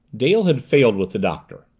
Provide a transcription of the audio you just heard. dale had failed with the doctor.